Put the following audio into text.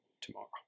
tomorrow